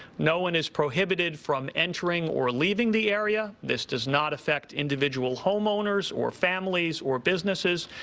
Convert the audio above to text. no one is prohibited from entering or leaving the area. this does not affect individual homeowners or families or businesses.